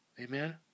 Amen